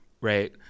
right